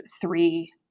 three